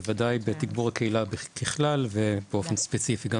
בוודאי בתגבור הקהילה ככלל ובאופן ספציפי גם